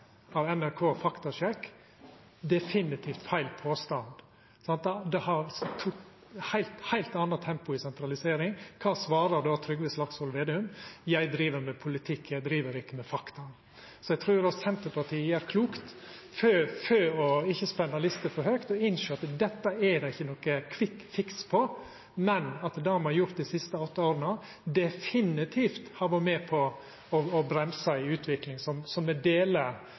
av NRK – definitivt feil påstand, det er eit heilt anna tempo i sentraliseringa. Trygve Slagsvold Vedum svarar då: Eg driv med politikk, eg driv ikkje med fakta. Eg trur Senterpartiet gjer klokt i, for ikkje å leggja lista for høgt, å innsjå at dette er det ikkje nokon kvikkfiks på, men at det me har gjort dei siste åtte åra, definitivt har vore med på å bremsa ei utvikling som me deler målet om å stoppa og snu. Replikkordskiftet er